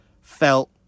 felt